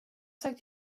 sagt